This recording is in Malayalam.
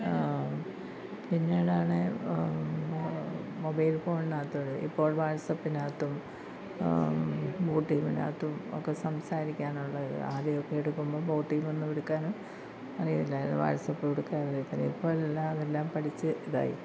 പിന്നീടാണ് മൊ മൊബൈൽ ഫോൺനകത്തുകൂടി ഇപ്പോൾ വാട്സപ്പിനകത്തും ബൊട്ടീമിനകത്തും ഒക്കെ സംസാരിക്കാനുള്ള ഒരിത് ആദ്യമൊക്കെ എടുക്കുമ്പോൾ ബോട്ടിമൊന്നും എടുക്കാനും അറിയില്ലായിരുന്നു വാട്സപ്പും എടുക്കാൻ അറിയത്തില്ലായിരുന്നു ഇപ്പോൾ എല്ലാമെല്ലാം പഠിച്ച് ഇതായി